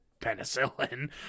penicillin